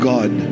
God